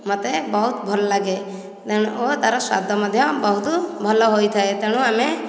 ମୋତେ ବହୁତ ଭଲ ଲାଗେ ତେଣୁ ତାର ସ୍ୱାଦ ମଧ୍ୟ ବହୁତ ଭଲ ହୋଇଥାଏ ତେଣୁ ଆମେ